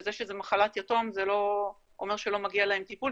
וזה שזה מחלת יתום זה לא אומר שלא מגיע להם טיפול,